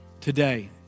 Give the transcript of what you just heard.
today